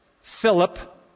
Philip